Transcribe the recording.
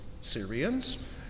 Syrians